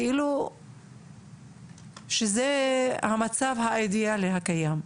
כאילו שזה המצב האידיאלי הקיים.